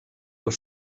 were